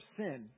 sin